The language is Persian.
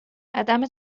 عدم